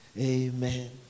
Amen